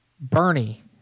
Bernie